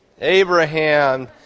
Abraham